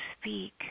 speak